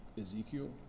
Ezekiel